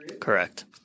correct